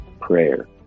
prayer